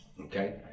Okay